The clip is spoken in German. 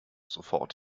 sofort